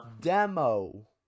demo